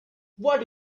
what